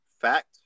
fact